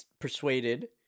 persuaded